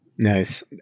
Nice